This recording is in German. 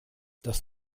das